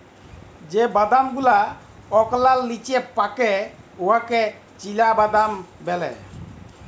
যে বাদাম গুলা ওকলার লিচে পাকে উয়াকে চিলাবাদাম ব্যলে